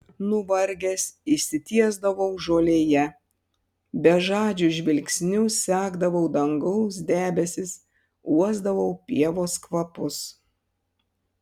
nuvargęs išsitiesdavau žolėje bežadžiu žvilgsniu sekdavau dangaus debesis uosdavau pievos kvapus